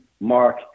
mark